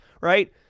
right